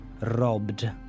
robbed